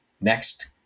next